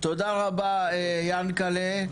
תודה רבה יענקל'ה.